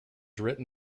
written